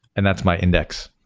and that's my index.